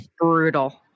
brutal